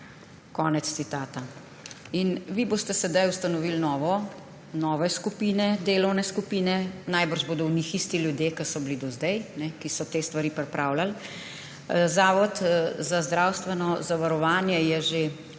Konec citata. Vi boste sedaj ustanovili nove delovne skupine, verjetno bodo v njih isti ljudje, ki so bili do zdaj, ki so te stvari pripravljali. Zavod za zdravstveno zavarovanje je že ob